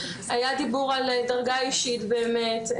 היה דיבור על דרגה אישית באמת,